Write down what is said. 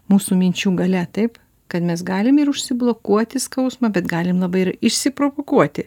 mūsų minčių galia taip kad mes galim ir užsiblokuoti skausmą bet galim labai ir išsiprovokuoti